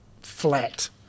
flat